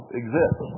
exist